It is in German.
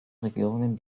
regierungen